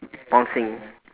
bouncing